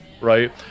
right